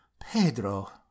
Pedro